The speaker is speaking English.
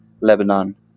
Lebanon